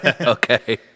okay